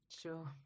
Sure